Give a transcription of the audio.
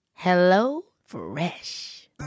HelloFresh